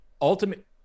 ultimate